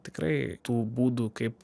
tikrai tų būdų kaip